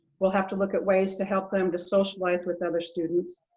we'll have to look at ways to help them to socialize with other students.